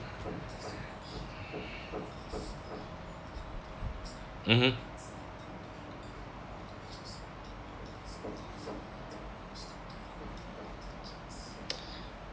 mmhmm